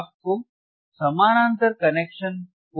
आपको समानांतर कनेक्शन को भी समझना होगा